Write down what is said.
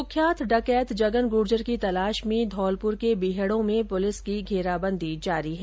कुख्यात डकैत जगन गुर्जर की तलाश में धौलपुर के बीहड़ों में पुलिस की घेराबंदी जारी है